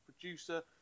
producer